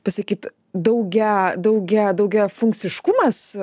pasakyt daugia daugia daugia funkciškumas